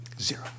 Zero